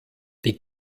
die